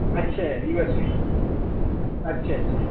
اچھا ریورس میں اچھا اچھا